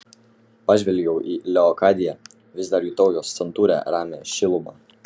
pažvelgiau į leokadiją vis dar jutau jos santūrią ramią šilumą